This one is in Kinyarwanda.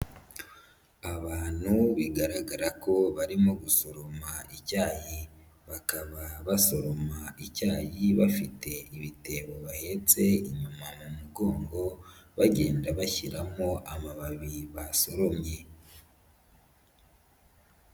Abantu bigaragara ko barimo gusoroma icyayi, bakaba baforoma icyayi bafite ibitebo bahetse inyuma mu mugongo bagenda bashyiramo amababi basoromye.